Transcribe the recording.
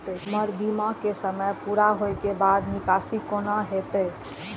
हमर बीमा के समय पुरा होय के बाद निकासी कोना हेतै?